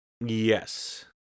Yes